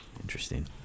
Interesting